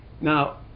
now